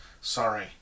Sorry